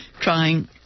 trying